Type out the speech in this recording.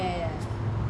oh ya ya